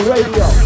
Radio